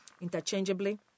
interchangeably